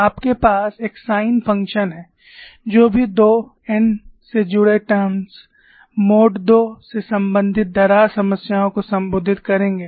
आपके पास एक साइन फ़ंक्शन है जो भी 2 n से जुड़े टर्म्स मोड II से संबंधित दरार समस्याओं को संबोधित करेंगे